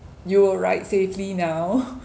you will ride safely now